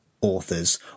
authors